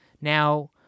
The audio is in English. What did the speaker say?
Now